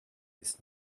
his